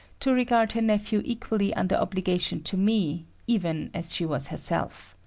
to regard her nephew equally under obligation to me even as she was herself.